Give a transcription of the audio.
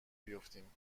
بیفتیم